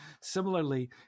Similarly